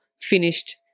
finished